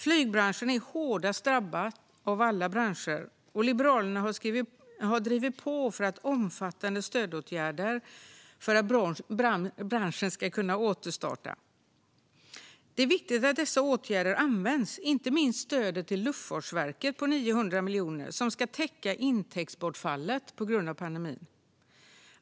Flygbranschen är hårdast drabbad av alla branscher, och Liberalerna har drivit på för omfattande stödåtgärder för att branschen ska kunna återstarta. Det är viktigt att dessa åtgärder används, inte minst stödet till Luftfartsverket på 900 miljoner som ska täcka intäktsbortfallet på grund av pandemin.